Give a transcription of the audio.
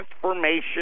transformation